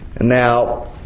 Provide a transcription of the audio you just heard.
Now